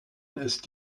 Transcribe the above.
ist